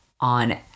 on